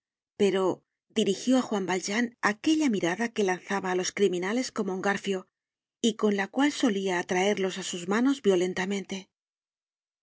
pero dirigió á juan valjean aquella mirada que lanzaba á los criminales como un garfio y con la cual solia atraerlos á sus manos violentamente